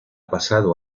pasado